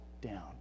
down